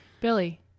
Billy